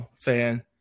fan